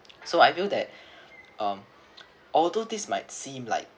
so I feel that um although this might seem like